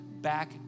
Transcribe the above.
back